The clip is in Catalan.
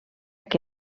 que